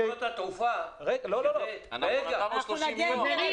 לחברות התעופה --- נתנו 30 יום.